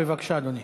בבקשה, אדוני.